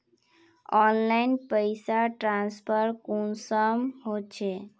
Online पैसा transfer कुंसम होचे?